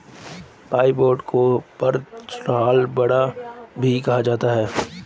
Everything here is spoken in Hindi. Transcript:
वॉर बांड को परपेचुअल बांड भी कहा जाता है